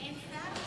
לא אפעיל את